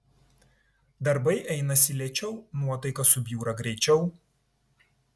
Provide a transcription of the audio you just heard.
darbai einasi lėčiau nuotaika subjūra greičiau